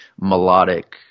melodic